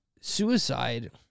suicide